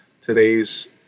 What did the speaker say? today's